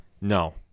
No